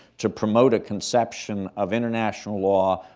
to promote a conception of international law,